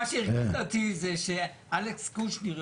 אלכס קושניר,